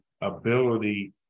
ability